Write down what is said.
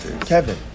Kevin